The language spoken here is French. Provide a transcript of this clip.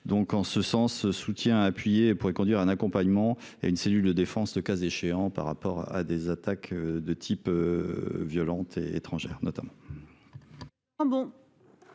Donc en ce sens, soutien appuyé, pourrait conduire à un accompagnement et une cellule de défense, le cas échéant par rapport à des attaques de type violente et étrangères Nathalie.